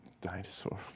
dinosaur